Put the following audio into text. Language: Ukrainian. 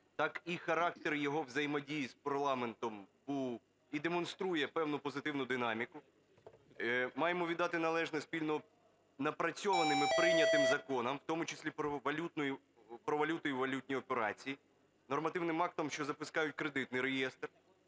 так і характер його взаємодії з парламентом у… і демонструє певну позитивну динаміку. Маємо віддати належне спільно напрацьованим і прийнятим законам, в тому числі "Про валюту і валютні операції", нормативним актам, що запускають кредитний реєстр.